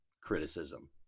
criticism